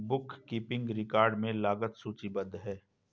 book keeping record में लागत सूचीबद्ध है